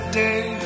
day